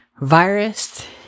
virus